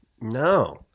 no